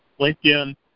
LinkedIn